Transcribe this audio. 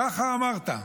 ככה אמרת.